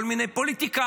כל מיני פוליטיקאים,